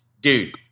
dude